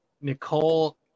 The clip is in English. Nicole